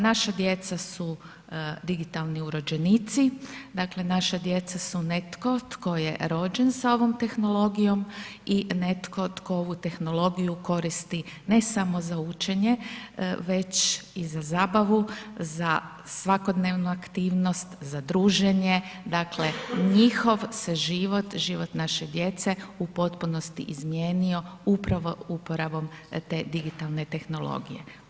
Naša djeca su digitalni urođenici, dakle naša djeca su netko tko je rođen s ovom tehnologijom i netko tko ovu tehnologiju koristi ne samo za učenje već i za zabavu, za svakodnevnu aktivnost, za druženje, dakle njihov se život, život naše djece u potpunosti izmijenio upravo uporabom te digitalne tehnologije.